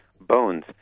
bones